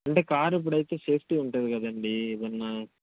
అంటే కార్ ఇప్పుడయితే సేఫ్టీ ఉంటుంది కదండీ ఏమన్నా